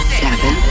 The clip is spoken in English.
seven